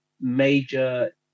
major